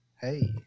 Hey